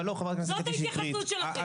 זאת ההתייחסות שלכם.